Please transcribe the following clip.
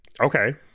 okay